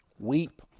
Weep